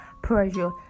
Pressure